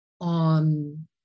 on